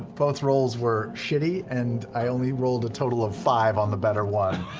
both rolls were shitty, and i only rolled a total of five on the better one.